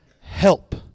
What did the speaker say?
help